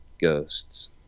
ghosts